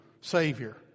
Savior